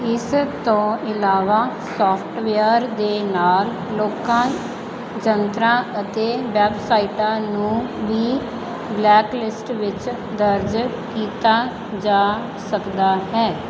ਇਸ ਤੋਂ ਇਲਾਵਾ ਸਾਫਟਵੇਅਰ ਦੇ ਨਾਲ ਲੋਕਾਂ ਯੰਤਰਾਂ ਅਤੇ ਵੈੱਬਸਾਈਟਾਂ ਨੂੰ ਵੀ ਬਲੈਕਲਿਸਟ ਵਿੱਚ ਦਰਜ ਕੀਤਾ ਜਾ ਸਕਦਾ ਹੈ